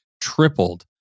tripled